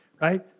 right